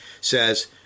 says